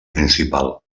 principal